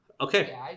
Okay